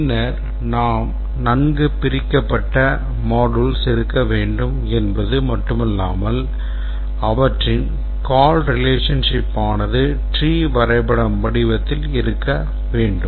பின்னர் நாம் நன்கு பிரிக்கப்பட்ட modules இருக்க வேண்டும் என்பது மட்டுமல்லாமல் அவற்றின் call relationship ஆனது tree வரைபடம் வடிவத்தில் இருக்க வேண்டும்